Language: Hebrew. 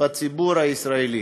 בציבור הישראלי.